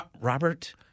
Robert